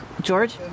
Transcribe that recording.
George